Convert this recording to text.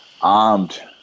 armed